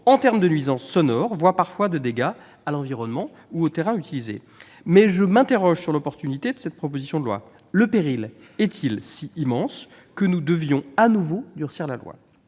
en termes de nuisances sonores, voire de dégâts causés à l'environnement ou aux terrains utilisés. Je m'interroge néanmoins sur l'opportunité de cette proposition de loi : le péril est-il si immense que nous devions de nouveau durcir la loi ?